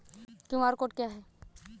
QR code क्या है?